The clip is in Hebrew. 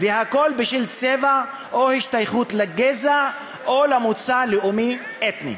והכול בשל צבע או השתייכות לגזע או למוצא לאומי-אתני.